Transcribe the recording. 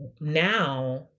now